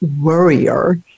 worrier